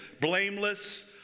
Blameless